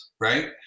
right